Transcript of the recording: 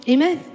Amen